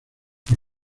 por